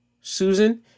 Susan